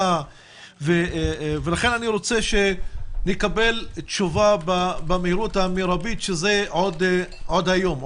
לכן אני רוצה לקבל תשובה במהירות המרבית שזה עוד היום,